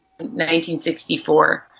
1964